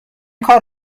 کار